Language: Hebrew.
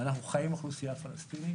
ואנחנו חיים עם האוכלוסייה הפלסטינית.